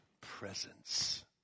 presence